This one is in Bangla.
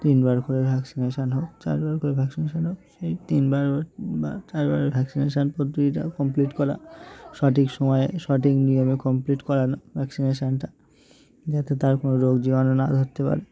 তিনবার করে ভ্যাক্সিনেশন হওয়া চারবার করে ভ্যাক্সিনেশন হওয়া সেই তিনবার বা চারবারের ভ্যাক্সিনেশন পদ্ধতিটা কমপ্লিট করা সঠিক সময়ে সঠিক নিয়মে কমপ্লিট করানো ভ্যাক্সিনেশনটা যাতে তার কোনো রোগ জীবাণু না ধরতে পারে